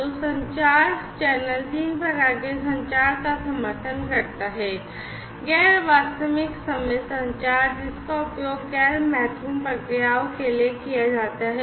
तो संचार चैनल तीन प्रकार के संचार का समर्थन करता है गैर वास्तविक समय संचार जिसका उपयोग गैर महत्वपूर्ण प्रक्रियाओं के लिए किया जाता है